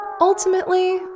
Ultimately